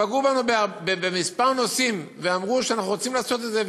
פגעו בנו בכמה נושאים ואמרו שאנחנו רוצים לעשות את זה,